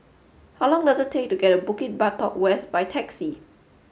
how long does it take to get to Bukit Batok West by taxi